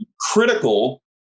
critical